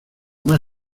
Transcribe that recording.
más